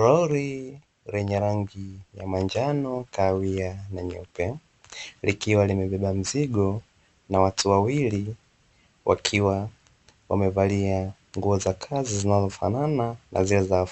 Lori lenye rangi ya manjano kahawia na nyeupe likiwa limebeba mzigo na watu wawili, wakiwa wamevalia nguo za kazi zinazofanana na zile za